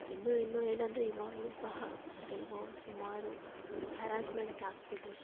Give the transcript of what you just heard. ಇನ್ನು ಇನ್ನು ಏನಂದರೆ ಇವಾಗಲೂ ಸಹ ಕೆಲವು ಸುಮಾರು ಹರಾಸ್ಮೆಂಟ್ಸ್ ಆಗ್ತಿದೆ